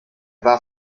war